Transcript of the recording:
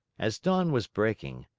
as dawn was breaking,